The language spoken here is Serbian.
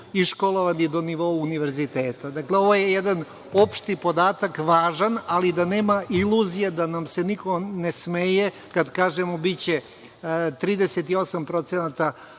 iškolovani do nivoa univerziteta. Dakle, ovo je jedan opšti podatak, važan, ali da nema iluzije da nam se niko ne smeje kad kažemo – biće 38% građana